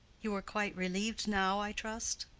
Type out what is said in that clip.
you are quite relieved now, i trust?